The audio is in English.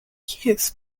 kiss